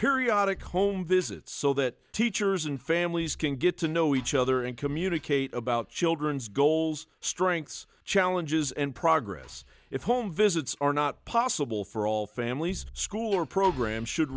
periodic home visits so that teachers and families can get to know each other and communicate about children's goals strengths challenges and progress if home visits are not possible for all families school or program should